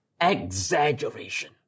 Exaggeration